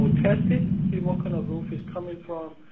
would test it, see what kind of roof it's coming from,